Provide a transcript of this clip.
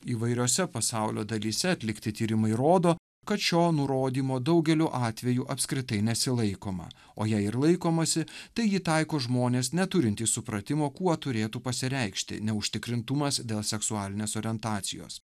įvairiose pasaulio dalyse atlikti tyrimai rodo kad šio nurodymo daugeliu atvejų apskritai nesilaikoma o jei ir laikomasi tai jį taiko žmonės neturintys supratimo kuo turėtų pasireikšti neužtikrintumas dėl seksualinės orientacijos